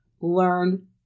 learn